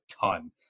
ton